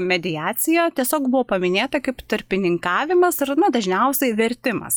mediacija tiesiog buvo paminėta kaip tarpininkavimas ar na dažniausiai vertimas